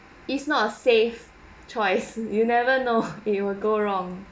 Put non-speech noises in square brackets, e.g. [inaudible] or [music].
it's not safe twice and you never know [laughs] it will go wrong